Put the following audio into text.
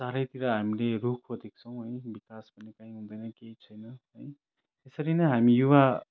चारैतिर हामील रुखो देख्छौँ है विकास पनि कहीँ हुँदैन केही छैन है त्यसरी नै हामी युवा